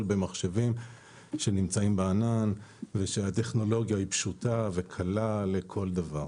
במחשבים שנמצאים בענן ושהטכנולוגיה היא פשוטה וקלה לכל דבר.